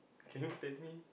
can you tag me